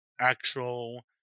actual